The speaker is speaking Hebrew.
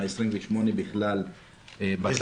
וה-28 בכלל התאונות.